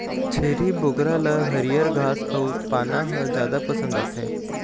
छेरी बोकरा ल हरियर घास अउ पाना ह जादा पसंद आथे